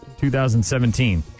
2017